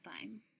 time